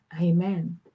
amen